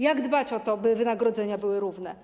Jak dbać o to, by wynagrodzenia były równe?